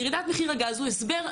ירידת מחיר הגז הוא הסבר,